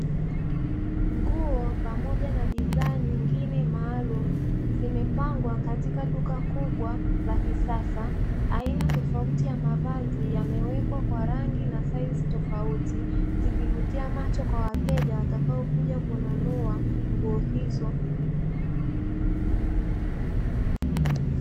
Nguo pamoja na bidhaa nyingine maalumu, zimepangwa katika duka kubwa la kisasa aina tofauti ya mavazi yamewekwa kwa rangi na saizi tofauti, zikivutia macho kwa wateja watakaokuja kununua nguo hizo.